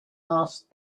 asked